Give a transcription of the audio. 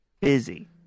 busy